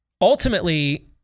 Ultimately